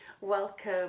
welcome